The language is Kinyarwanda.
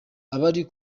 abari